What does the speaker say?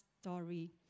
Story